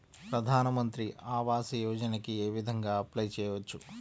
ప్రధాన మంత్రి ఆవాసయోజనకి ఏ విధంగా అప్లే చెయ్యవచ్చు?